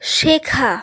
শেখা